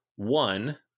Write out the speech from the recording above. one